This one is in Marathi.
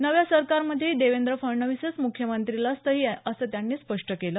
नव्या सरकारमध्येही देवेंद्र फडणवीसच मुख्यमंत्री असतील असं त्यांनी स्पष्ट केल